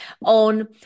on